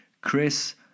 Chris